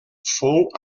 fou